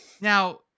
Now